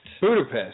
Budapest